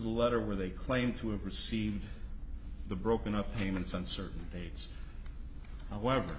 the letter where they claim to have received the broken up payments and certain dates however